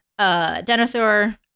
Denethor